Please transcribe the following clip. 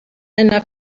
enough